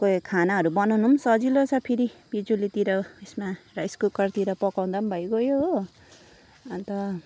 कोही खानाहरू बनाउनु नि सजिलो छ फेरि बिजुलीतिर उइसमा राइस कुकरतिर पकाउँद पनि भइगयो हो अन्त